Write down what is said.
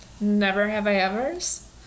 never-have-I-evers